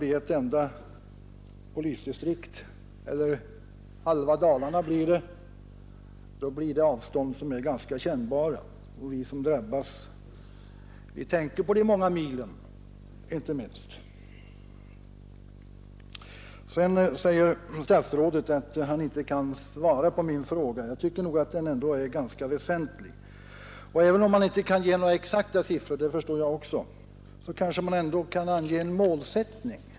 När hela norra Hälsingland eller halva Dalarna blir ett enda polisdistrikt, så blir det ju ändå ganska kännbara avstånd, och vi som drabbas tänker naturligtvis på de många milen. Statsrådet Lidbom sade att han inte kunde svara på min fråga, som jag dock tycker är ganska väsentlig. Men även om statsrådet inte kan ange några exakta siffror — vilket jag förstår — kanske han ändå kan ange en målsättning.